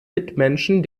mitmenschen